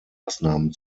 maßnahmen